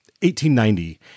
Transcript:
1890